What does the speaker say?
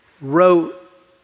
wrote